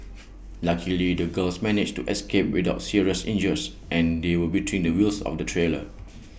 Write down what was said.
luckily the girls managed to escape without serious injuries and they were between the wheels of the trailer